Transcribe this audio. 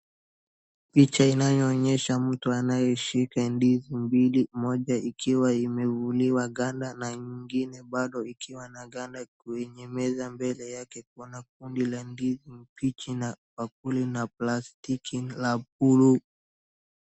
Picha inaonyesha mtu anayeshika ndizi mbili, moja ikiwa imevuliwa ganda na nyingine bado ikiwa na ganda kwenye meza mbele yake. Kuna kundi la ndizi, mbishi na bakuli na plastiki la blue .